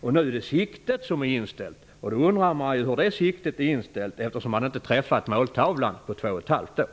Men nu är det bara siktet som är inställt; det är rätt märkligt. Man undrar då hur det siktet är inställt, eftersom man inte träffat måltavlan på två och ett halvt år.